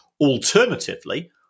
Alternatively